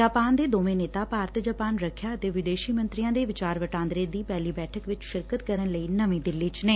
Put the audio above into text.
Japan ਦੇ ਦੋਵੇਂ ਨੇਤਾ ਭਾਰਤ ਜਾਪਾਨ ਰੱਖਿਆ ਅਤੇ ਵਿਦੇਸ਼ੀ ਮੰਤਰੀਆਂ ਦੇ ਵਿਚਾਰ ਵਟਾਂਦਰੇ ਦੀ ਪਹਿਲੀ ਬੈਠਕ ਚ ਸ਼ਿਰਕਤ ਕਰਨ ਲਈ ਨਵੀਂ ਦਿੱਲੀ ਚ ਨੇ